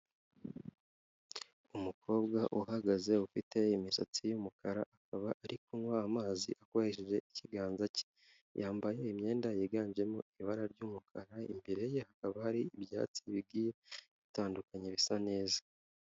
Umukobwa uhagaze ufite imisatsi y'umukara akaba ari kunywa amazi akoresheje ikiganza cye yambaye imyenda yiganjemo ibara ry'umukara imbere ye hakaba hari ibyatsi bigiye bitandukanye bisa neza.